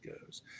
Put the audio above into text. goes